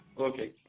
Okay